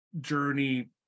journey